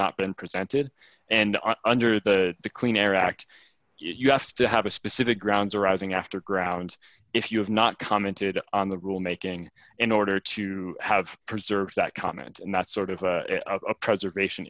not been presented and under the clean air act you have to have a specific grounds arising after ground if you have not commented on the rule making in order to have preserved that comment not sort of a preservation